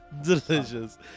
Delicious